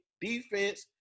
defense